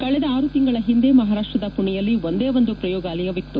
ಕಳೆದ ಆರು ತಿಂಗಳ ಹಿಂದೆ ಮಹಾರಾಷ್ಟದ ಮಣೆಯಲ್ಲಿ ಒಂದೇ ಒಂದು ಪ್ರಯೋಗಾಲಯವಿತ್ತು